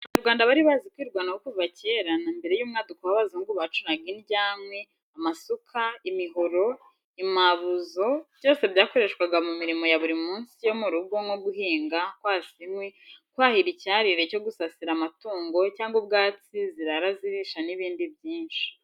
Abanyarwanda bari bazi kwirwanaho kuva kera, na mbere y'umwaduko w'abazungu bacuraga indyankwi, amasuka, imihoro, impabuzo, byose byakoreshwaga mu mirimo ya buri munsi yo mu rugo nko guhinga, kwasa inkwi, kwahira icyarire cyo gusasira amatungo cyangwa ubwatsi zirara zirisha n'ibindi byinshi.